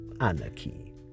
Anarchy